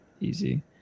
easy